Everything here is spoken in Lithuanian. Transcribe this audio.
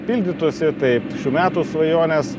pildytųsi taip šių metų svajonės